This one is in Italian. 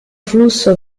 flusso